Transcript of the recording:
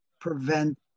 prevent